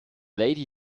lady